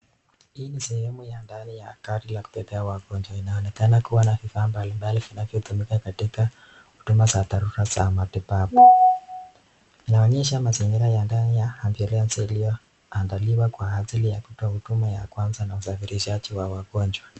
Hii ni sehemu ya ndani ya gari la kubebea wagonjwa, inaonekana kuwa na vifaa mbalimbali vinavyotumika katika huduma za dharura za matibabu, inaonyesha mazingira ya ndani ya ambulensi iliyo andaliwa kwa ajili ya kutoa huduma ya kwanza na usafirishaji wa wagonjwa.